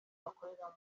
bakoreramo